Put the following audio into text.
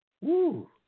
Woo